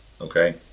okay